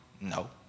No